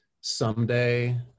Someday